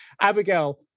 Abigail